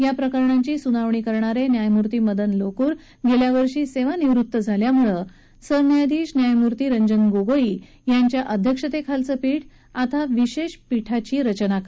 या प्रकरणांची सुनावणी करणारे न्यायमूर्ती मदन लोकूर गेल्यावर्षी निवृत्त झाल्यामुळे सरन्यायाधीश न्यायमूर्ती रंजन गोगोई यांच्या अध्यक्षतेखालील पीठ या विशेष पीठाची फेररचना करणारा आहे